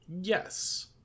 yes